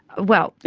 well,